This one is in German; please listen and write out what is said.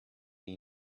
wie